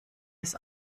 des